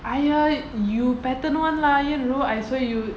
!aiya! you pattern [one] lah you I swear you